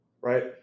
right